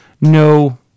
no